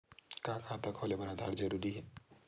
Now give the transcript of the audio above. का खाता खोले बर आधार जरूरी हे?